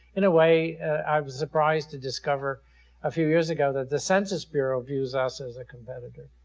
in a way i was surprised to discover a few years ago that the census bureau views us as a competitor.